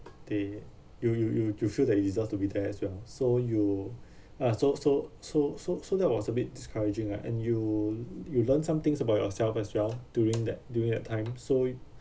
they you you you you feel that you deserve to be there as well so you are so so so so so that was a bit discouraging right and you you learn some things about yourself as well during that during that time so